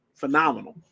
phenomenal